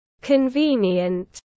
convenient